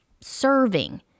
serving